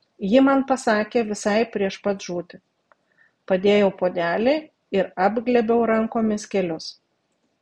ji man pasakė visai prieš pat žūtį padėjau puodelį ir apglėbiau rankomis kelius